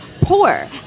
poor